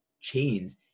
chains